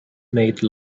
made